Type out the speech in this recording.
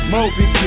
Moby